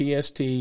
PST